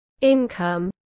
income